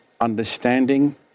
understanding